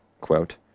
quote